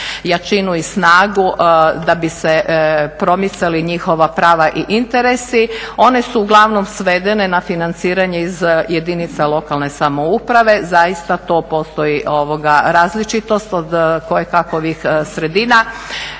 jačinu i snagu da bi se promicala njihova prava i interesi. One su uglavnom svedene na financiranje iz jedinica lokalne samouprave, zaista to postoji različitost od kojekakvih sredina